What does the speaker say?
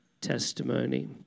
testimony